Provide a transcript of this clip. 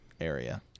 area